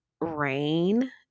rain